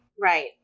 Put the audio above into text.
Right